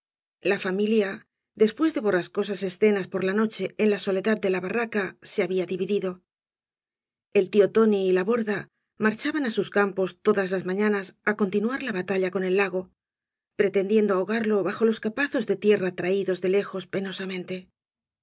la familia después de borrascosas gañas r barro escenas por la noche en la soledad de la barraca se había dividido el tío tóai y la borda marchaban á sus campos todas las mafianas á continuar la batalla con el lago pretendiendo ahogarlo bajo los capazos de tierra traídos de lejos penosamente